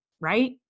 right